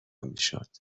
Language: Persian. میشد